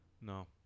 No